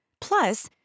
plus